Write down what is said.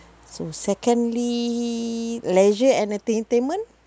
so secondly leisure and entertainment